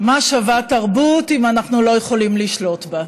מה שווה התרבות אם אנחנו לא יכולים לשלוט בה?